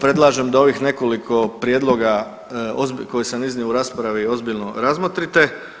Predlažem da ovih nekoliko prijedloga koje sam iznio u raspravi ozbiljno razmotrite.